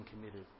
committed